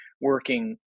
working